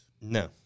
No